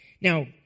Now